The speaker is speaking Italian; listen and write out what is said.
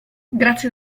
grazie